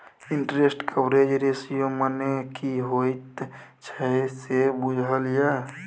Interest coverage ratio मने की होइत छै से बुझल यै?